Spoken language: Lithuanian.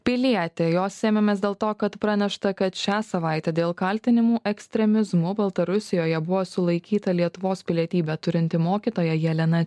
pilietį jos ėmėmės dėl to kad pranešta kad šią savaitę dėl kaltinimų ekstremizmu baltarusijoje buvo sulaikyta lietuvos pilietybę turinti mokytoja jelena